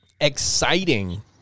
exciting